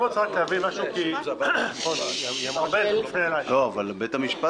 לא מפריעים לך, אבל די עם זה.